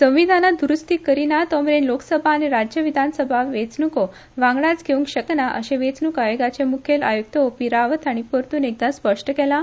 संविधानात द्रुस्ती करीना तो मेरेन लोकसभा आनी राज्य विधानसभा वेंचणूको वांगडाच घेवंक शकनां वेंचणूक आयोगाचे मूखेल आयूक्त ओ पी रावत हांणी परतून एकदां स्पश्ट केलां